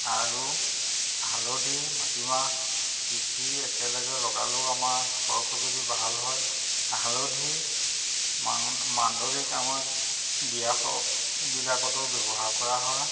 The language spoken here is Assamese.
আৰু হালধি মাটিমাহ পিছি একেলগে লগালেও আমাৰ খৰ খজুৱতি যদি ভাল হয় হালধি মা মাংগলিক কামত বিয়া সবাহ এইবিলাকতো ব্যৱহাৰ কৰা হয়